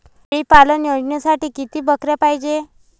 शेळी पालन योजनेसाठी किती बकऱ्या पायजे?